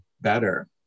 better